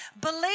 believe